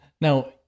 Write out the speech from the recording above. now